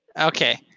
Okay